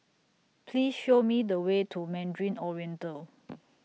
Please Show Me The Way to Mandarin Oriental